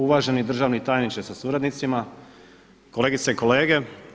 Uvaženi državni tajniče sa suradnicima, kolegice i kolege.